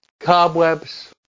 Cobwebs